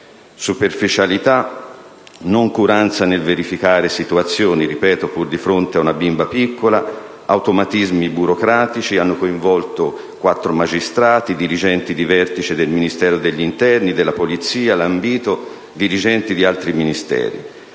superficialità, noncuranza nel verificare situazioni (ripeto: pur di fronte a una bimba piccola), automatismi burocratici hanno coinvolto quattro magistrati, dirigenti di vertice del Ministero dell'interno, della Polizia e lambito dirigenti di altri Ministeri.